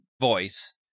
voice